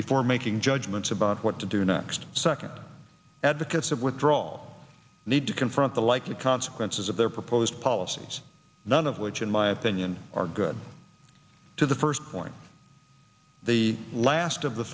before making judgments about what to do next second advocates of withdraw need to confront the likely consequences of their proposed policies none of which in my opinion are good to the firstborn the last of the